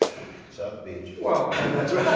south beach. well, that's what